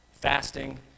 fasting